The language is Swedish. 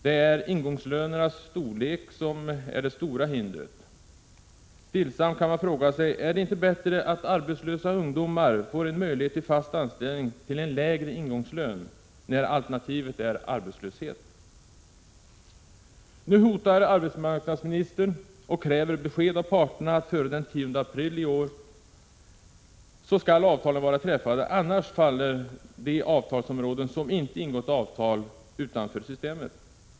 Det är ingångslönernas storlek som är det stora hindret. Stillsamt kan man fråga sig: Är det inte bättre att arbetslösa ungdomar får möjlighet till fast anställning till en lägre ingångslön när alternativet är arbetslöshet? Nu hotar arbetsmarknadsministern och kräver besked av parterna före den 10 april i år. Då skall avtalen vara träffade annars faller de avtalsområden utanför systemet som inte ingått avtal.